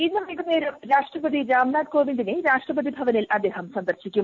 ഇന്ന് വൈകുന്നേരം രാഷ്ട്രപതി രാംനാഥ് കോവിന്ദിനെ രാഷ്ട്രപതി ഭവനിൽ അദ്ദേഹം സന്ദർശിക്കും